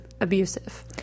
abusive